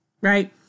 right